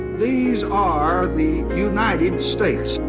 these are the united states,